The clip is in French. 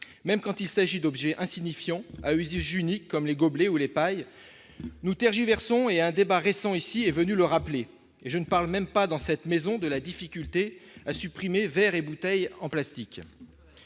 même quand il s'agit d'objets insignifiants à usage unique, comme les gobelets ou les pailles nous tergiverse, on est un débat récent ici est venue le rappeler et je ne parle même pas dans cette maison de la difficulté à supprimer, verres et bouteilles en plastique,